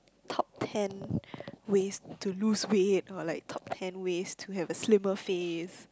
top ten ways to lose weight or like top ten ways to have a slimmer face